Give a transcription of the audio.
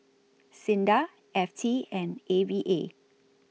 SINDA F T and A V A